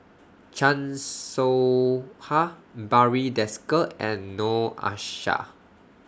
Chan Soh Ha Barry Desker and Noor Aishah